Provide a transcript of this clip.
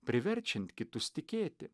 priverčiant kitus tikėti